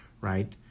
right